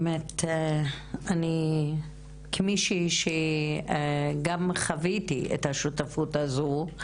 באמת אני כמישהי שגם חוויתי את השותפות הזו,